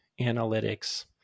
analytics